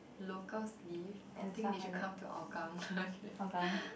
locals live think they should come to hougang okay